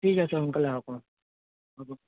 ঠিক আছে সোনকালে আহক হ'ব